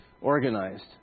organized